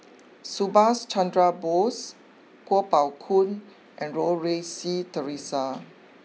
Subhas Chandra Bose Kuo Pao Kun and Goh Rui Si Theresa